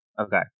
Okay